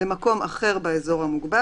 "למקום אחר באזור המוגבל,